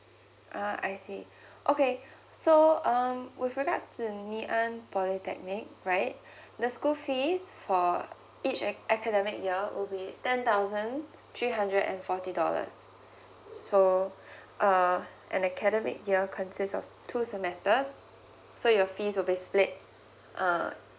ah I see okay so um with regards to ngee ann polytechnic right the school fee for each ac~ academic year will be ten thousand three hundred and forty dollars so uh an academic year consist of two semesters so your fee will be split err